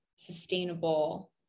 sustainable